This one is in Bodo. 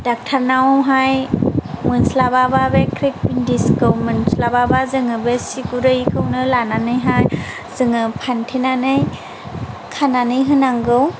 डाक्टारनावहाय मोनस्लाबाबा बे क्रेक बेनडेजखौ मोनस्लाबाबा बे सि गुरैखौनो लानानैहाय जोङो फांथेनानै खानानै होनांगौ